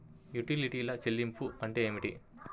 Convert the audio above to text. యుటిలిటీల చెల్లింపు అంటే ఏమిటి?